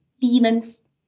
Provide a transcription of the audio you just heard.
Demons